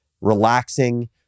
relaxing